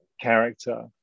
character